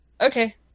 Okay